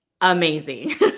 amazing